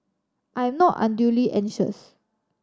I'm not unduly anxious